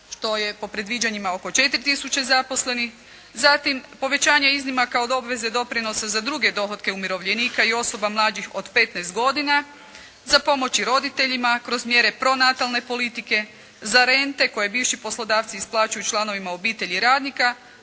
što je po predviđanjima oko 4 tisuće zaposlenih. Zatim povećanje iznimaka od obveze doprinosa za druge dohotke umirovljenika i osoba mlađih od 15 godina. Za pomoći roditeljima kroz mjere pronatalne politike, za rente koje bivši poslodavci isplaćuju članovima obitelji radnika